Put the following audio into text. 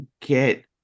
get